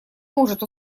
может